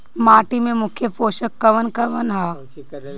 माटी में मुख्य पोषक कवन कवन ह?